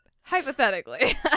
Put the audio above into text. Hypothetically